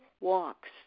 walks